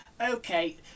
Okay